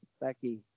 Becky